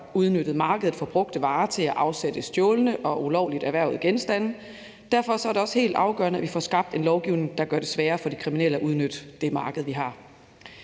udnyttet markedet for brugte varer til at afsætte stjålne og ulovligt erhvervede genstande. Derfor er det også helt afgørende, at vi får skabt en lovgivning, der gør det sværere for de kriminelle at udnytte det marked.